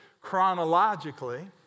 chronologically